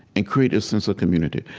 and create a sense of community,